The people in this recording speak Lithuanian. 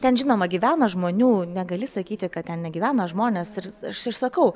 ten žinoma gyvena žmonių negali sakyti kad ten negyvena žmonės ir aš ir sakau